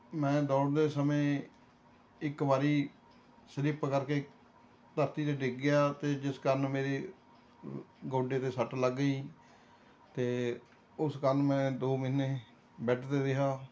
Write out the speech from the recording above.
ਮੈਂ ਦੌੜਦੇ ਸਮੇਂ ਇੱਕ ਵਾਰੀ ਸਲਿਪ ਕਰਕੇ ਧਰਤੀ 'ਤੇ ਡਿੱਗ ਗਿਆ ਅਤੇ ਜਿਸ ਕਾਰਨ ਮੇਰੇ ਗੋਡੇ 'ਤੇ ਸੱਟ ਲੱਗ ਗਈ ਅਤੇ ਉਸ ਕਾਰਨ ਮੈਂ ਦੋ ਮਹੀਨੇ ਬੈੱਡ 'ਤੇ ਰਿਹਾ